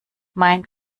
mein